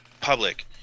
public